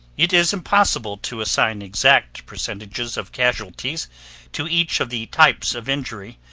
it is impossible to assign exact percentages of casualties to each of the types of injury,